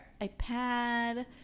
iPad